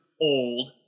old